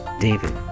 David